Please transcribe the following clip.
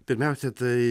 pirmiausia tai